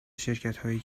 شرکتهایی